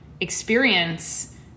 experience